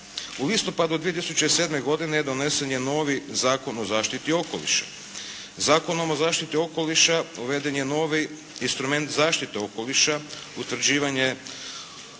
U listopadu 2007. godine donesen je novi Zakon o zaštiti okoliša. Zakonom o zaštiti okoliša uveden je novi instrument zaštite okoliša, utvrđivanje,